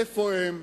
איפה הם,